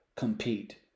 compete